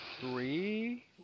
three